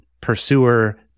pursuer